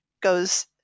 goes